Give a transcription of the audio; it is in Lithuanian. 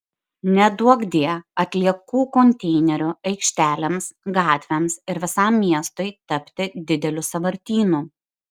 neduokdie atliekų konteinerių aikštelėms gatvėms ir visam miestui tapti dideliu sąvartynu